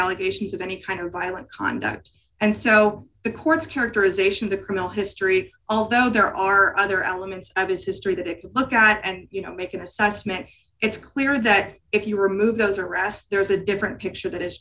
allegations of any kind of violent conduct and so the court's characterization the criminal history although there are other elements of his history that if you look at and you know make an assessment it's clear that if you remove those arrests there is a different picture that